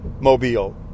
mobile